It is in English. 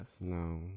no